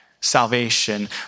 salvation